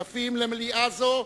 יפים למליאה זו,